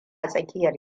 tsakiyar